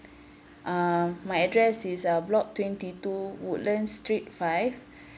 uh my address is uh block twenty two woodlands street five